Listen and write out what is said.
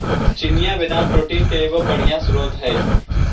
चिनिआबेदाम protein के एगो बढ़ियाँ स्रोत हई